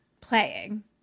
playing